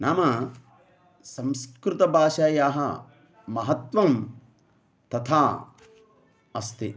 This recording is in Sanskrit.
नामा संस्कृतभाषायाः महत्त्वं तथा अस्ति